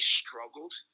struggled